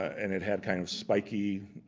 and it had kind of spiky,